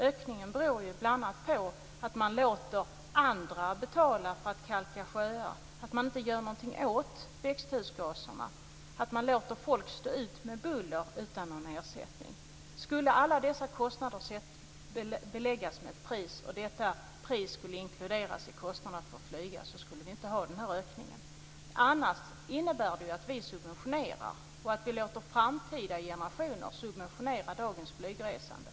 Ökningen beror bl.a. på att man låter andra betala för att kalka sjöar, att man inte gör någonting åt växthusgaserna och att man låter folk stå ut med buller utan någon ersättning. Skulle alla dessa kostnader inkluderas i priset för att flyga, skulle vi inte ha denna ökning. Det innebär alltså att vi subventionerar dagens flygresande och att vi också låter framtida generationer göra det.